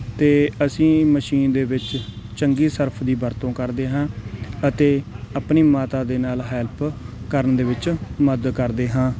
ਅਤੇ ਅਸੀਂ ਮਸ਼ੀਨ ਦੇ ਵਿੱਚ ਚੰਗੀ ਸਰਫ ਦੀ ਵਰਤੋਂ ਕਰਦੇ ਹਾਂ ਅਤੇ ਆਪਣੀ ਮਾਤਾ ਦੇ ਨਾਲ ਹੈਲਪ ਕਰਨ ਦੇ ਵਿੱਚ ਮਦਦ ਕਰਦੇ ਹਾਂ